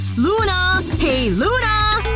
luna! hey luna!